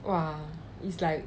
!wah! it's like